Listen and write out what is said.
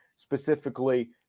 Specifically